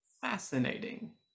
Fascinating